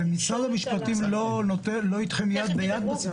משרד המשפטים לא איתכם יד ביד?